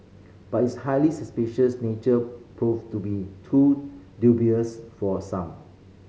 but its highly suspicious nature proved to be too dubious for some